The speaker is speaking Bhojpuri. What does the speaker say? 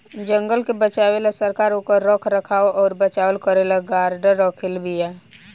जंगल के बचावे ला सरकार ओकर रख रखाव अउर बचाव करेला गार्ड रखले बिया